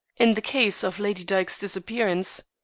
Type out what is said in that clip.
in the case of lady dyke's disappearance.